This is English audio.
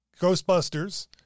Ghostbusters